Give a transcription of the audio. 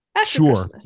Sure